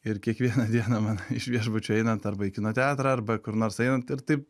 ir kiekvieną dieną man iš viešbučio einant arba į kino teatrą arba kur nors einant ir taip